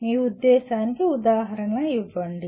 మీ ఉద్దేశ్యానికి ఉదాహరణ ఇవ్వండి